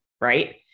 Right